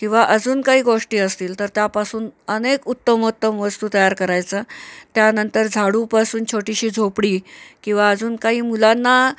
किंवा अजून काही गोष्टी असतील तर त्यापासून अनेक उत्तमोत्तम वस्तू तयार करायचा त्यानंतर झाडूपासून छोटीशी झोपडी किंवा अजून काही मुलांना